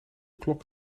klok